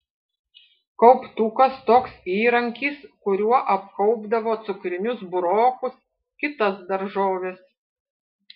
kauptukas toks įrankis kuriuo apkaupdavo cukrinius burokus kitas daržoves